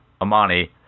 Amani